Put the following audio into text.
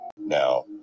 now